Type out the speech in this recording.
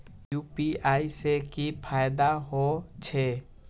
UPI से की फायदा हो छे?